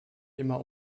immer